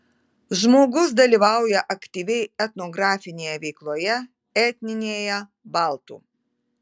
žmogus dalyvauja aktyviai etnografinėje veikloje etninėje baltų